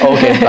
Okay